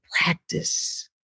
practice